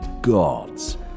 gods